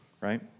right